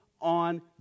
on